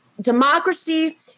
Democracy